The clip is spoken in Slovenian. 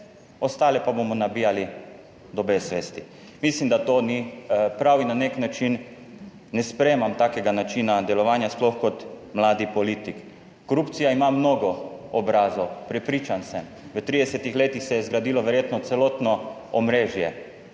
ostale pa bomo nabijali do zvesti. Mislim, da to ni prav in na nek način ne sprejemam takega načina delovanja, sploh kot mladi politik. Korupcija ima mnogo obrazov, prepričan sem, v 30 letih se je zgradilo verjetno celotno omrežje